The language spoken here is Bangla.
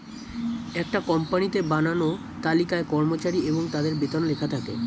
একটা কোম্পানিতে বানানো তালিকায় কর্মচারী এবং তাদের বেতন লেখা থাকে